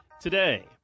today